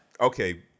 Okay